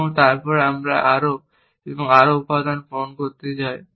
এবং তারপর আমরা আরো এবং আরো উপাদান পূরণ করতে চান